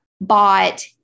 bought